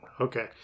Okay